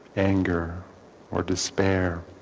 anger or despair